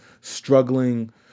struggling